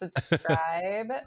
subscribe